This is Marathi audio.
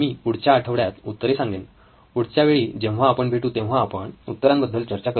मी पुढच्या आठवड्यात उत्तरे सांगेन पुढच्या वेळी जेव्हा आपण भेटू तेव्हा आपण उत्तरांबद्दल चर्चा करू